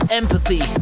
empathy